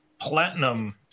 platinum